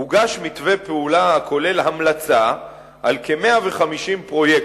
הוגש מתווה פעולה הכולל המלצה על כ-150 פרויקטים,